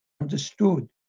understood